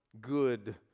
good